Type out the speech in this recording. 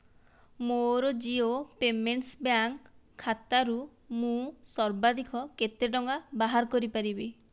ମୋର Jio payments bank ଖାତାରୁ ମୁଁ ସର୍ବାଧିକ କେତେ ଟଙ୍କା ବାହାର କରିପାରିବି